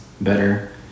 better